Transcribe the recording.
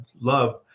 love